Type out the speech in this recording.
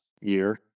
year